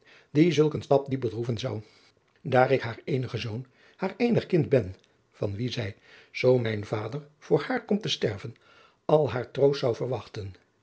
die zulk een stap diep bedroeven zou daar ik haar eenige zoon haar eenig kind ben van wien zij zoo mijn vader voor haar komt te sterven al haar troost zou verwachten